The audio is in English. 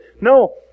No